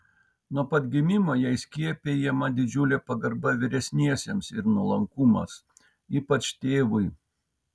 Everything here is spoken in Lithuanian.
nuo pat gimimo jai skiepijama didžiulė pagarba vyresniesiems ir nuolankumas ypač tėvui